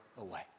away